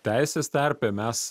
teisės terpėj mes